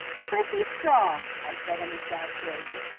prissy strong, i said in exasperation,